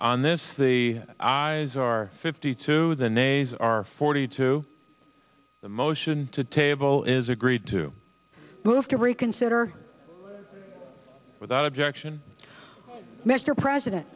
on this the eyes are fifty two the nasar forty two the motion to table is agreed to move to reconsider without objection mr president